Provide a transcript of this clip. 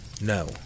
No